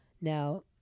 Now